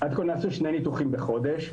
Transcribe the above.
נעשו שני ניתוחים בחודש,